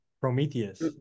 Prometheus